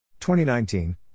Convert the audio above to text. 2019